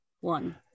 one